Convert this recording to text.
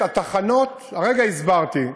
הרגע הסברתי,